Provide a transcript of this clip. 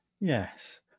Yes